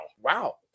wow